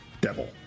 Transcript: devil